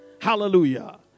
Hallelujah